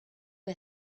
for